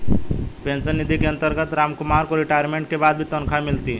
pension निधि के अंतर्गत रामकुमार को रिटायरमेंट के बाद भी तनख्वाह मिलती